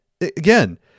Again